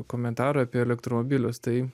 komentarą apie elektromobilius tai